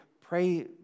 pray